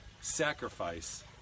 sacrifice